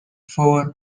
for